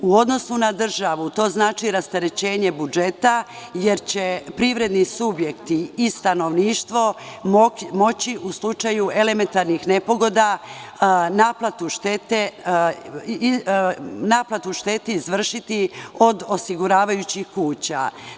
U odnosu na državu to znači rasterećenje budžeta, jer će privredni subjekti i stanovništvo moći u slučaju elementarnih nepogoda naplatu štete izvršiti od osiguravajućih kuća.